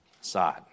side